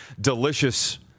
delicious